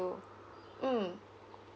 mm